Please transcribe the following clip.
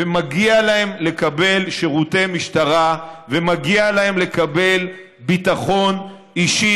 ומגיע להם לקבל שירותי משטרה ומגיע להם לקבל ביטחון אישי.